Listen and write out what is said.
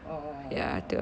oh